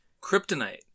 Kryptonite